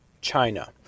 China